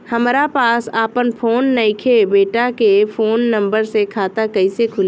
हमरा पास आपन फोन नईखे बेटा के फोन नंबर से खाता कइसे खुली?